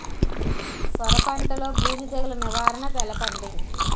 సొర పంటలో బూజు తెగులు నివారణ తెలపండి?